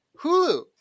Hulu